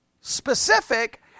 specific